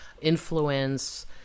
influence